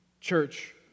Church